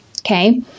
okay